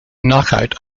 knockout